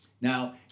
Now